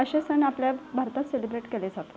असे सण आपल्या भारतात सेलिब्रेट केले जातात